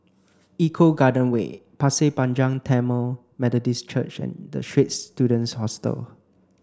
Eco Garden Way Pasir Panjang Tamil Methodist Church and The Straits Students Hostel